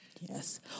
Yes